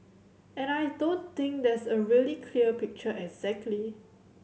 and I don't think there's a really clear picture exactly